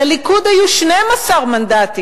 לליכוד היו 12 מנדטים,